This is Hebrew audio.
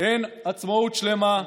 אין עצמאות שלמה,